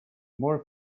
more